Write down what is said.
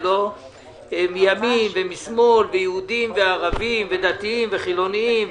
מימין ומשמאל ויהודים וערבים ודתיים וחילוניים,